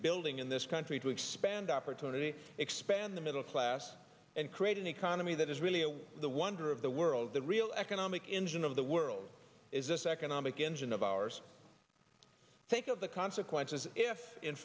building in this country to expand opportunity expand the middle class and create an economy that is really a the wonder of the world the real economic engine of the world is this economic engine of ours i think of the consequences if in